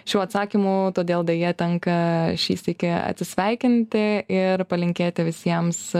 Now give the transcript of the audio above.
šių atsakymų todėl deja tenka šį sykį atsisveikinti ir palinkėti visiems